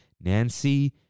Nancy